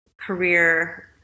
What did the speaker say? career